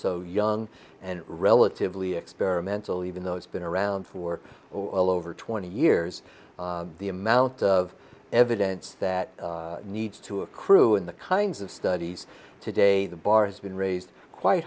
so young and relatively experimental even though it's been around for well over twenty years the amount of evidence that needs to accrue in the kinds of studies today the bar has been raised quite